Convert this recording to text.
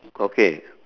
okay